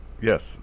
Yes